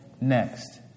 Next